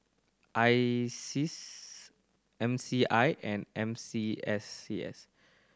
ISEAS M C I and N C S C S